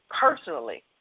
personally